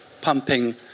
pumping